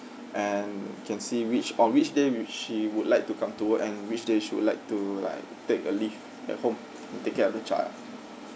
and can see which or which day which she would like to come to work and which day she would like to like take a leave at home to take care of the child